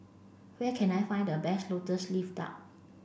where can I find the best lotus leaf duck